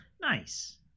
Nice